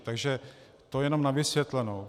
Takže to jen na vysvětlenou.